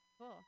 Cool